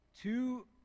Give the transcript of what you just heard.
Two